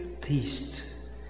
taste